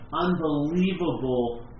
unbelievable